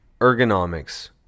ergonomics